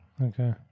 okay